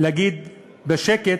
להגיב בשקט.